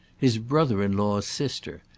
his brother-in-law's sister.